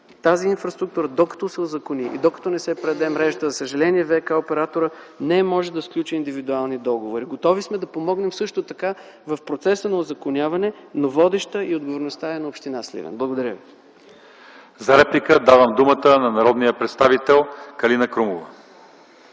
тази инфраструктура се узакони и докато не се предаде мрежата, за съжаление ВиК-операторът не може да сключи индивидуални договори. Готови сме да помогнем също така в процеса на узаконяване, но водеща е отговорността на община Сливен. Благодаря. ПРЕДСЕДАТЕЛ ЛЪЧЕЗАР ИВАНОВ: За реплика давам думата на народния представител Калина Крумова.